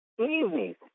easy